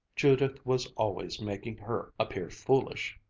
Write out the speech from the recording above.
judith was always making her appear foolish!